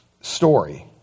story